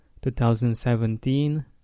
2017